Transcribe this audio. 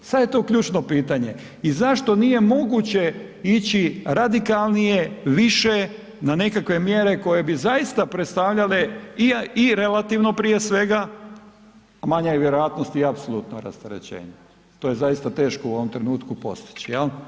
Sad je to ključno pitanje i zašto nije moguće ići radikalnije, više na nekakve mjere koje bi zaista predstavljale i relativno prije svega, a manja je vjerojatnost i apsolutno rasterećenje, to je zaista teško u ovom trenutku postići, jel.